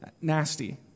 nasty